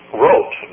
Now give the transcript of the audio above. wrote